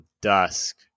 Dusk